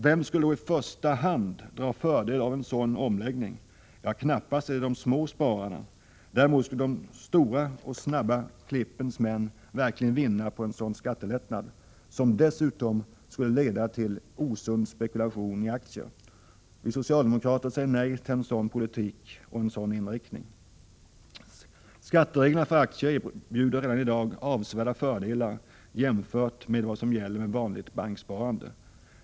Vem skulle i första hand dra fördel av en sådan omläggning? Ja, det är knappast småspararna. Däremot skulle de stora och snabba klippens män verkligen vinna på en sådan skattelättnad, som dessutom skulle leda till osund spekulation i aktier. Vi socialdemokrater säger nej till en politik med en sådan inriktning. Skattereglerna för aktier erbjuder redan i dag avsevärda fördelar jämfört med vad som gäller för vanligt banksparande.